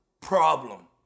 problem